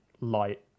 light